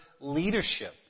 leadership